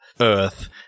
Earth